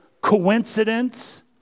coincidence